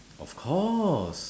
of course